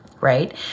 right